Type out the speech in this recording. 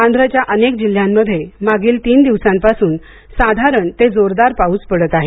आंध्रच्या अनेक जिल्ह्यांमध्ये मागील तीन दिवसांपासून साधारण ते जोरदार पाऊस पडत आहे